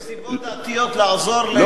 בנסיבות, לא,